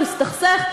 הוא הסתכסך.